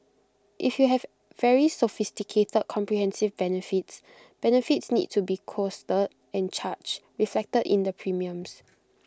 if you have very sophisticated the comprehensive benefits benefits need to be costed and charged reflected in the premiums